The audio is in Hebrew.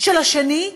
של השני,